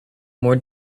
more